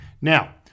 Now